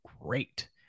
great